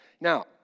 Now